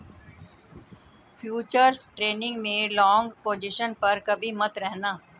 futures trading में long position पर कभी मत रहना